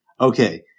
Okay